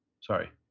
sorry